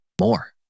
more